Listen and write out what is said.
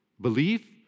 belief